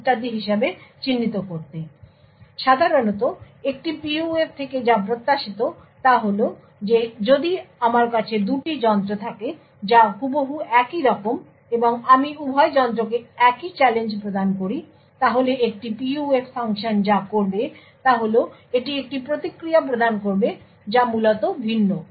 সুতরাং সাধারণত একটি PUF থেকে যা প্রত্যাশিত তা হল যে যদি আমার কাছে দুটি যন্ত্র থাকে যা হুবহু একইরকম এবং আমি উভয় যন্ত্রকে একই চ্যালেঞ্জ প্রদান করি তাহলে একটি PUF ফাংশন যা করবে তা হল এটি একটি প্রতিক্রিয়া প্রদান করবে যা মূলত ভিন্ন